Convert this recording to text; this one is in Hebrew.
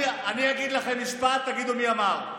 אני אגיד לכם משפט, תגידו מי אמר: